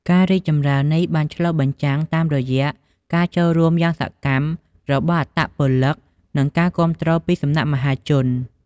ការរីកចម្រើននេះបានឆ្លុះបញ្ចាំងតាមរយៈការចូលរួមយ៉ាងសកម្មរបស់អត្តពលិក និងការគាំទ្រពីសំណាក់មហាជន។